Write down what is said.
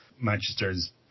Manchester's